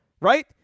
right